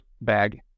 bag